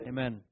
Amen